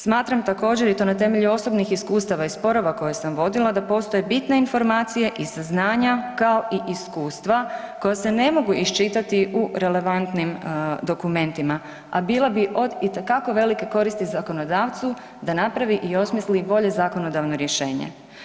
Smatram također i to na temelju osobnih iskustava i sporova koje sam vodila da postoje bitne informacije i saznanja kao i iskustva koja se ne mogu iščitati u relevantnim dokumentima, a bila bi od itekako velike koristi zakonodavcu da napravi i osmisli bolje zakonodavno rješenje.